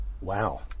Wow